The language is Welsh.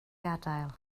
gadael